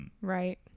Right